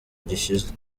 gishize